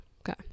okay